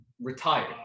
retired